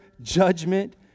judgment